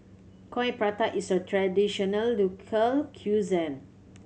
Coin Prata is a traditional local cuisine